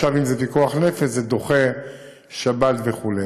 עכשיו אם זה פיקוח נפש זה דוחה שבת וכו'.